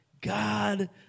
God